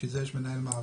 בשביל זה יש מנהל מערכת